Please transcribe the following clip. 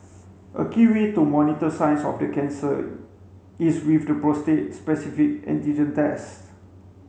a key way to monitor signs of the cancer is with the prostate specific antigen test